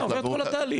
עובר את כל התהליך.